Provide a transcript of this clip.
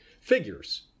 Figures